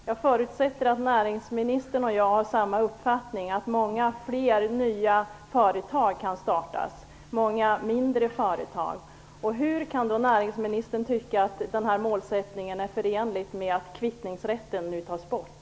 Fru talman! Många fler nya företag kan och bör startas, många mindre sådana; jag förutsätter att näringsministern och jag har samma uppfattning på den punkten. Men hur kan näringsministern tycka att en sådan målsättningen är förenlig med ett borttagande av kvittningsrätten?